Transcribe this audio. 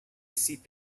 sit